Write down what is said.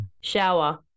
Shower